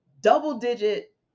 double-digit